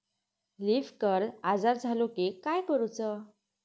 Leaf curl आजार झालो की काय करूच?